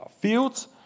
fields